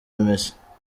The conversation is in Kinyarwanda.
misa